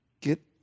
Get